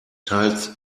teils